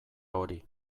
hori